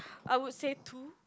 I would say two